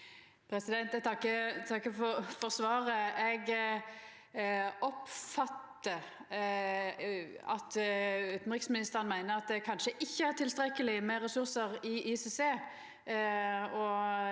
Eg takkar for svaret. Eg oppfattar at utanriksministeren meiner at det kanskje ikkje er tilstrekkeleg med ressursar i ICC,